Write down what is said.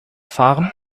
fahren